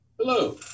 Hello